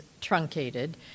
truncated